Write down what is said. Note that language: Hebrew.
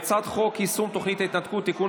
הצעת חוק יישום תוכנית ההתנתקות (תיקון,